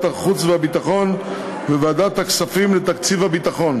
החוץ והביטחון וועדת הכספים לתקציב הביטחון.